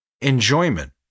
enjoyment